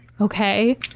okay